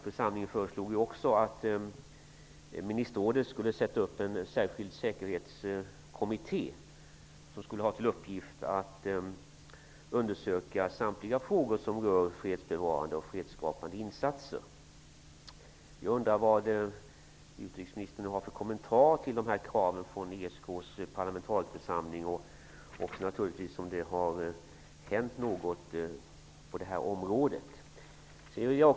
Församlingen föreslog också ministerrådet att sätta upp en särskild säkerhetskommitté som skulle ha till uppgift att undersöka samtliga frågor som rör fredsbevarande och fredsskapande insatser. Jag undrar vad utrikesministern har för kommentarer till dessa krav från ESK:s parlamentarikerförsamling och om det har hänt någonting på området.